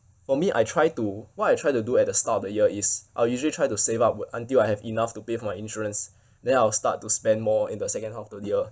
for me I try to what I try to do at the start of the year is I'll usually try to save up until I have enough to pay for insurance then I'll start to spend more in the second half the year